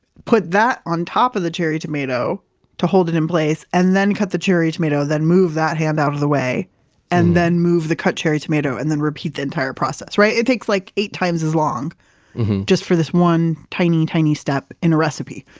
put that on top of the cherry tomato to hold it in place and then cut the cherry tomato, then move that hand out of the way and then move the cut cherry tomato and then repeat the entire process. it takes like eight times as long just for this one, tiny, tiny step in a recipe.